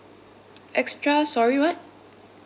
extra sorry what